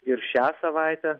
ir šią savaitę